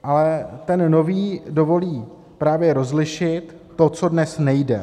Ale ten nový dovolí právě rozlišit to, co dnes nejde.